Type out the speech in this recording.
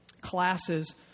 classes